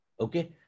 Okay